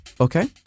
okay